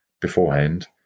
beforehand